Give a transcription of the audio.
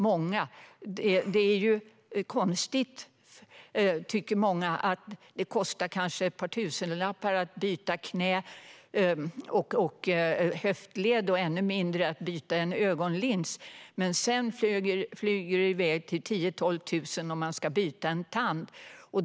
Många tycker att det är konstigt att det kostar ett par tusenlappar att byta knä och höftled och ännu mindre att byta en ögonlins. Men sedan flyger det iväg till 10 000-12 000 om man ska byta en tand.